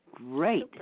Great